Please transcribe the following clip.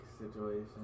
situation